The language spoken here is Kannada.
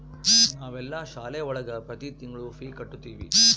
ನಾವೆಲ್ಲ ಶಾಲೆ ಒಳಗ ಪ್ರತಿ ತಿಂಗಳು ಫೀ ಕಟ್ಟುತಿವಿ